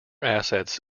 assets